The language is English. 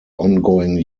ongoing